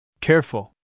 Careful